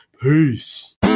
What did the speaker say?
Peace